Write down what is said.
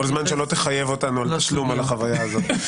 כל זמן שלא תחייב אותנו בתשלום על החוויה הזאת.